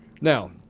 Now